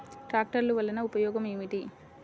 ట్రాక్టర్లు వల్లన ఉపయోగం ఏమిటీ?